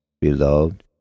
Beloved